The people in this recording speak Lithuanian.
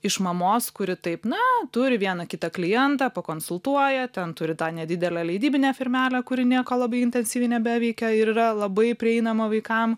iš mamos kuri taip na turi vieną kitą klientą pakonsultuoja ten turi tą nedidelę leidybinę firmelę kuri nieko labai intensyviai nebeveikia ir yra labai prieinama vaikam